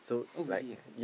oh really ah